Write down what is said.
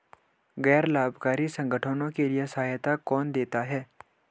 गैर लाभकारी संगठनों के लिए सहायता कौन देता है?